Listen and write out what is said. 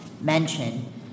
mention